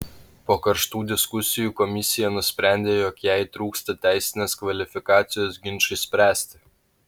po karštų diskusijų komisija nusprendė jog jai trūksta teisinės kvalifikacijos ginčui spręsti